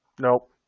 Nope